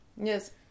Yes